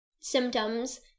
symptoms